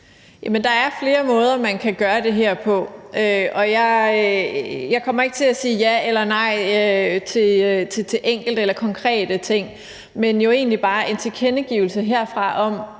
Der er flere måder, man kan gøre det her på, og jeg kommer ikke til at sige ja eller nej til enkelte eller konkrete ting. Det er egentlig bare en tilkendegivelse herfra om,